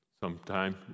Sometime